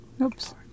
Oops